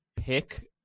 pick